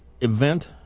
event